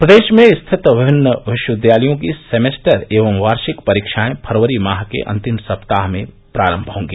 प्रदेश में स्थित विभिन्न विश्वविद्यालयों की सेमेस्टर एवं वार्षिक परीक्षाएं फरवरी माह के अंतिम सप्ताह में प्रारंभ होंगी